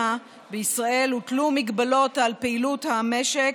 בישראל הוטלו מגבלות על פעילות המשק,